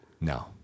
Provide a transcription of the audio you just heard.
No